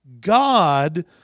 God